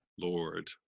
Lord